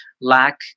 lack